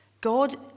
God